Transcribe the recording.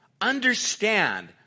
understand